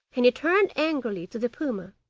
and he turned angrily to the puma.